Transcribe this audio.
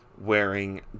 wearing